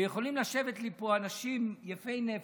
ויכולים לשבת לי פה אנשים יפי נפש,